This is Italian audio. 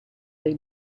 dai